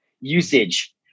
usage